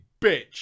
bitch